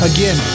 Again